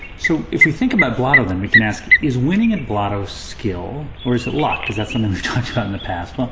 so if we think about blotto, then, we can ask, is winning at blotto skill or is it luck? because that's something we've talked about in the past. well,